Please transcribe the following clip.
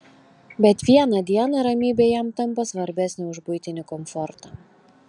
bet vieną dieną ramybė jam tampa svarbesnė už buitinį komfortą